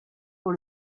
pour